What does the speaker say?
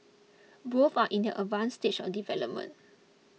both are in their advanced stage of development